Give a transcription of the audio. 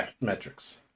metrics